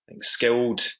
skilled